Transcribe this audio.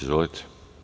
Izvolite.